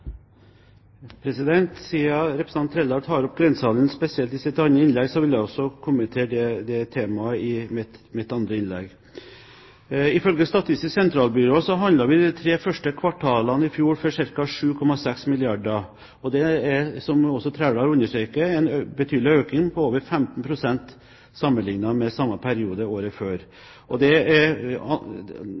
kommentere dette temaet i mitt andre innlegg. Ifølge Statistisk sentralbyrå handlet vi de tre første kvartalene i fjor for ca. 7,6 milliarder kr, og det er, som også Trældal understreker, en betydelig økning, på over 15 pst., sammenlignet med samme periode året før. Nå har vi ikke fått de siste tallene pr. årsskiftet, men antakelig er nivået på rundt 10 milliarder kr, som det også ble sagt. Den norske kronen er